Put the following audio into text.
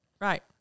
Right